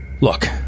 Look